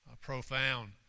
profound